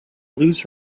lose